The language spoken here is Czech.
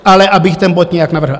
Ale abych ten bod nějak navrhl.